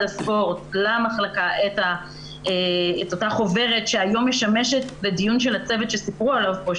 הספורט למחלקה את אותה חוברת שהיום משמשת בדיון של הצוות שסיפרו עליו פה,